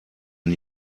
den